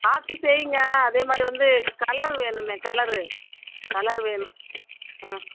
பார்த்து செய்யுங்க அதே மாதிரி வந்து கலரு வேணுமே கலரு கலர் வேணும் ம்